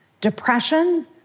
Depression